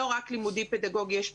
בוודאי שאנחנו מאחלים לעובדים שיועסקו